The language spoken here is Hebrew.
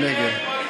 מי נגד?